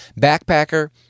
backpacker